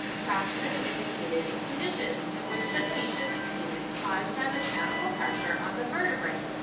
traction is indicated in conditions in which the patient's pain is caused by mechanical pressure on the vertebrae,